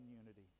unity